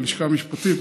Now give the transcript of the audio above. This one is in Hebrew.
בלשכה המשפטית,